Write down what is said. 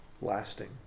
lasting